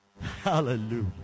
Hallelujah